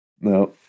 No